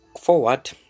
forward